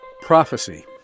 Prophecy